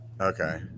okay